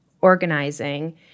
organizing